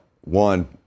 one—